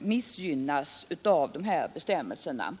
missgynnas av bestämmelserna.